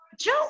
Joe